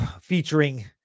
featuring